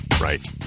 Right